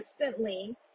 constantly